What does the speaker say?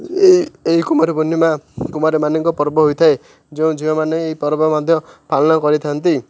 ଏହି କୁମାର ପୂର୍ଣ୍ଣିମା କୁମାର ମାନଙ୍କ ପର୍ବ ହୋଇଥାଏ ଯେଉଁ ଝିଅମାନେ ଏଇ ପର୍ବ ମଧ୍ୟ ପାଳନ କରିଥାନ୍ତି